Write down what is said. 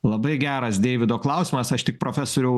labai geras deivido klausimas aš tik profesoriau